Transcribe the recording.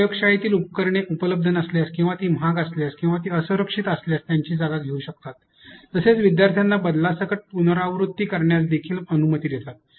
ते प्रयोगशाळेतील उपकरणे उपलब्ध नसल्यास किंवा ती महाग असल्यास किंवा ती असुरक्षित असल्यास त्यांची जागा घेऊ शकतात तसेच विद्यार्थ्यांना बदलासकट पुनरावृत्ती करण्यास देखील अनुमती देतात